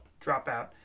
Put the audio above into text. Dropout